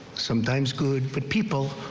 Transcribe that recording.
sometimes good but people.